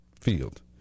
field